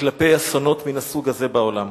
כלפי אסונות מן הסוג הזה בעולם.